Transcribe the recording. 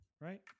right